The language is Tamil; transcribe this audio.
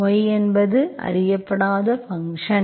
y என்பது அறியப்படாத ஃபங்க்ஷன்